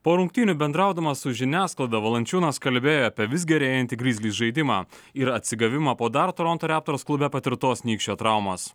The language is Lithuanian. po rungtynių bendraudamas su žiniasklaida valančiūnas kalbėjo apie vis gerėjantį grizlį žaidimą ir atsigavimą po dar toronto raptors klube patirtos nykščio traumos